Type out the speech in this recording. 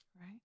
Right